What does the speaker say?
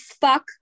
fuck